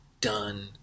done